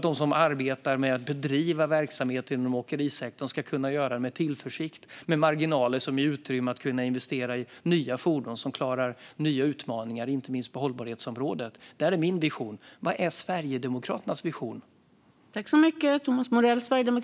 De som bedriver verksamhet inom åkerisektorn ska kunna göra det med tillförsikt och med marginaler som ger utrymme att investera i nya fordon som klarar nya utmaningar, inte minst på hållbarhetsområdet. Detta är min vision. Vad är Sverigedemokraternas vision?